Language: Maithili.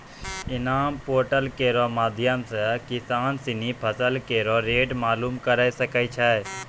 इनाम पोर्टल केरो माध्यम सें किसान सिनी फसल केरो रेट मालूम करे सकै छै